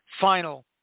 Final